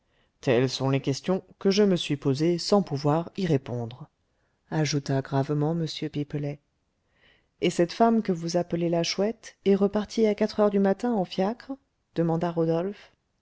telles sont les questions que je me suis posées sans pouvoir y répondre ajouta gravement m pipelet et cette femme que vous appelez la chouette est repartie à quatre heures du matin en fiacre demanda rodolphe